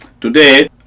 today